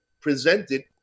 presented